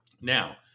Now